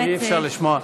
שרים,